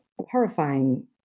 horrifying